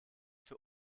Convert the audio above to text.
für